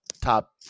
top –